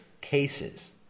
cases